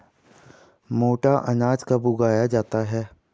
मोटा अनाज कब उगाया जाता है?